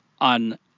on